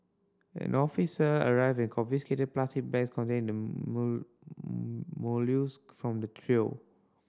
an officer arrived and confiscated plastic bags containing the from the trio